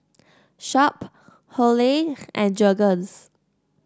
Sharp Hurley and Jergens